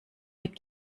mit